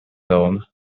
old